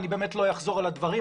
אני באמת לא אחזור על הדברים,